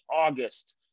August